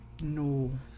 No